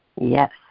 Yes